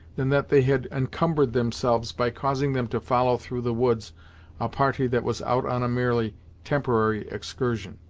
than that they had encumbered themselves by causing them to follow through the woods a party that was out on a merely temporary excursion.